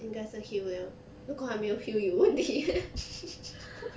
应该是 heal 了如果还没有 heal 有问题 eh